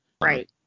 right